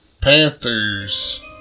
Panthers